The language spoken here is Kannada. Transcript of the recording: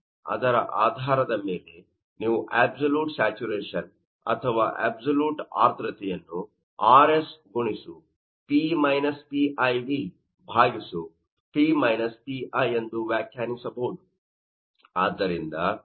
ಅದರ ಆಧಾರದ ಮೇಲೆ ನೀವು ಅಬ್ಸಲ್ಯೂಟ್ ಸ್ಯಾಚುರೇಶನ್ ಅಥವಾ ಅಬ್ಸಲ್ಯೂಟ್ ಆರ್ದ್ರತೆಯನ್ನು RS into P Pi ಎಂದು ವ್ಯಾಖ್ಯಾನಿಸಬಹುದು